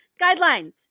guidelines